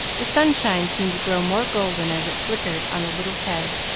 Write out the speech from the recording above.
the sunshine seemed to grow more golden as it flickered on the little head,